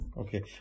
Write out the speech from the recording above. Okay